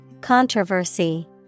Controversy